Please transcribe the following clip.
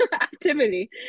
activity